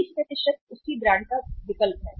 20 उसी ब्रांड का विकल्प है